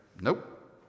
nope